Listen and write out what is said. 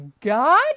god